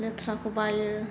लेथ्राखौ बायो